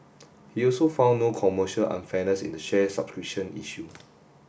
he also found no commercial unfairness in the share subscription issue